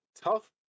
tough